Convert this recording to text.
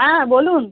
অ্যাঁ বলুন